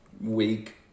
week